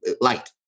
light